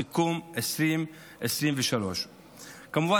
סיכום 2023. כמובן,